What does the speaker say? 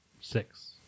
Six